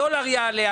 הדולר יעלה,